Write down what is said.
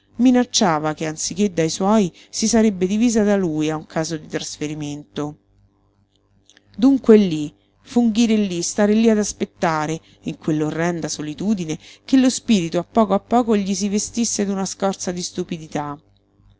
minacciava che anziché dai suoi si sarebbe divisa da lui a un caso di trasferimento dunque lí funghire lí stare lí ad aspettare in quell'orrenda solitudine che lo spirito a poco a poco gli si vestisse d'una scorza di stupidità